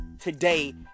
today